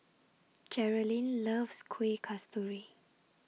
Jerilynn loves Kueh Kasturi